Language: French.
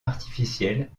artificielles